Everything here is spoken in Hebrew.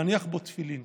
להניח בו תפילין.